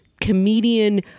comedian